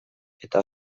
eta